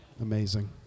amazing